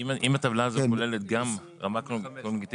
חלוקה לרמות קוגניטיביות.